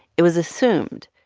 it was assumed.